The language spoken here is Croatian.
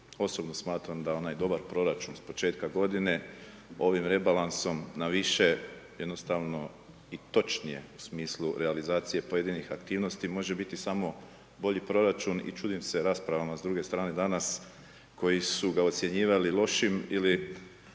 Osobno smatram da onaj dobar proračun s početka godine ovim rebalansom na više jednostavno i točnije u smislu realizacije pojedinih aktivnosti može biti samo bolji proračun i čudim se raspravama s druge strane danas, koji su ga ocjenjivali lošim ili